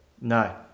no